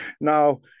Now